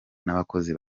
n’abakozi